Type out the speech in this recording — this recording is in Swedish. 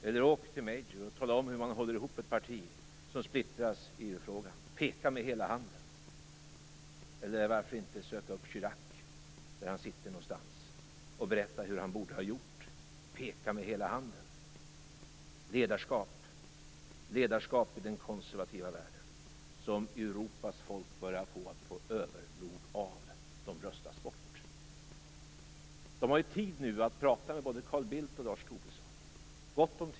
Eller åk till Major och tala om hur man håller ihop ett parti som splittrats i EU-frågan, peka med hela handen! Varför inte söka upp Chirac där han sitter någonstans och berätta för honom hur han borde ha gjort, peka med hela handen! Ledarskap i den konservativa världen som folk börjar på att få "övernog" av röstas bort.